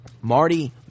Marty